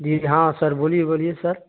جی ہاں سر بولیے بولیے سر